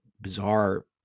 bizarre